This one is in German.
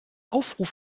aufruf